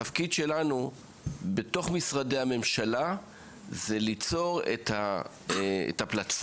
התפקיד שלנו בתוך משרדי הממשלה זה ליצור את הפלטפורמה